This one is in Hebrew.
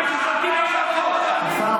בוא תעלה, השר